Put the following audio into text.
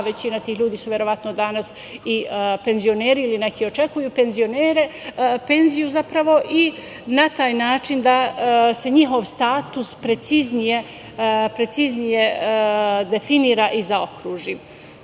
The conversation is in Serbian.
većina tih ljudi su danas penzioneri ili neki očekuju penziju. Zapravo, na taj način da se njihov status preciznije definiše i zaokruži. Sa